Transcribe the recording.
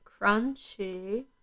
Crunchy